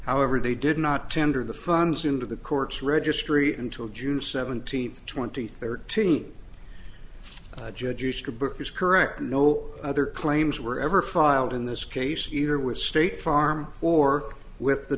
however they did not tender the funds into the court's registry until june seventeenth twenty thirteen judge is correct and no other claims were ever filed in this case either with state farm or with the